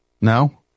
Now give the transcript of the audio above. No